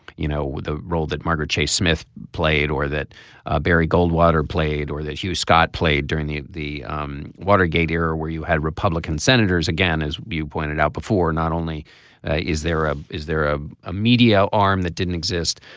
you know the role that margaret chase smith played or that ah barry goldwater played or that hugh scott played during the the um watergate era where you had republican senators again as you pointed out before. not only ah is there a is there a a media arm that didn't exist